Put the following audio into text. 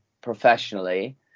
professionally